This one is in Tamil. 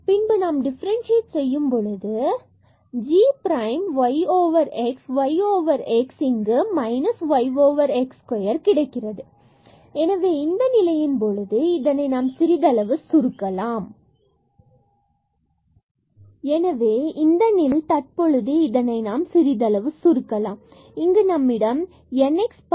பின்பு நாம் டிஃபரண்சியேட் செய்யும் பொழுது g prime y x y x இங்கு minus y x square கிடைக்கிறது எனவே இந்த நிலையில் தற்பொழுது இதனை நாம் சிறிதளவு சுருக்கலாம் எனவே இங்கு நம்மிடம் n x power n minus 1 and g y x உள்ளது